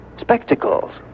Spectacles